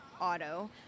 auto